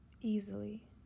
easily